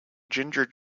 ginger